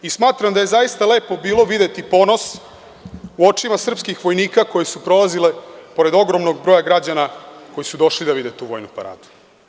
Smatram da je zaista lepo bilo videti ponos u očima srpskih vojnika koji su prolazili pored ogromnog broja građana koji su došli da vide tu Vojnu paradu.